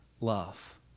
love